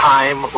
Time